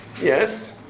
Yes